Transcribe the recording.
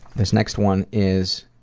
this next one is